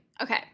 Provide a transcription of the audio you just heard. Okay